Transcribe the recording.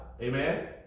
Amen